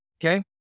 okay